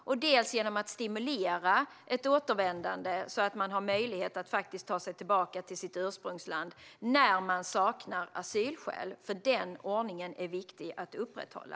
Och det handlar om att stimulera ett återvändande, så att människor har möjlighet att ta sig tillbaka till sitt ursprungsland när de saknar asylskäl. Den ordningen är viktig att upprätthålla.